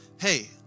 hey